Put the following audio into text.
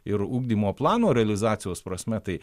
ir ugdymo plano realizacijos prasme tai